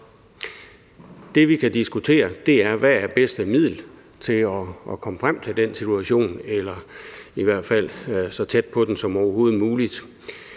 Det, vi kan diskutere, er, hvad det bedste middel er til at komme frem til den situation eller i hvert fald så tæt på den som overhovedet muligt.